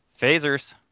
phasers